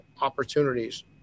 opportunities